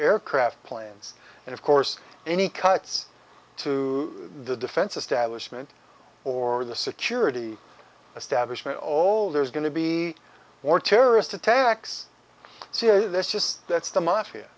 aircraft plants and of course any cuts to the defense establishment or the security establishment all there's going to be more terrorist attacks cia that's just that's the mafia